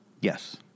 Yes